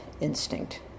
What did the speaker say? instinct